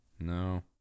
No